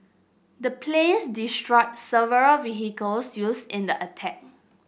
the planes destroyed several vehicles used in the attack